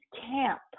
camp